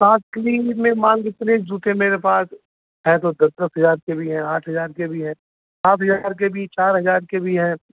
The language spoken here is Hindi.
फास्ट किलीन में माल जितने जूते मेरे पास हैं तो दस दस हज़ार के भी हैं आठ हज़ार के भी हैं सात हज़ार के भी चार हज़ार के भी हैं